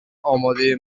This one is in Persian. امادهی